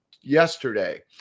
yesterday